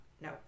No